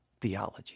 theology